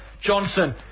Johnson